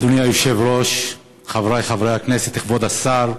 אדוני היושב-ראש, חברי חברי הכנסת, כבוד השר,